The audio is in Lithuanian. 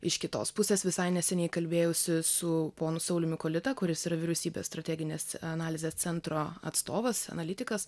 iš kitos pusės visai neseniai kalbėjausi su ponu sauliumi kolita kuris yra vyriausybės strateginės analizės centro atstovas analitikas